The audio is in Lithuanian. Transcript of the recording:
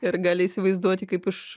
ir gali įsivaizduoti kaip iš